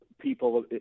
people